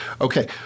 Okay